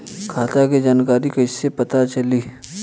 खाता के जानकारी कइसे पता चली?